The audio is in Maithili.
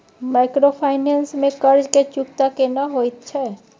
माइक्रोफाइनेंस में कर्ज के चुकता केना होयत छै?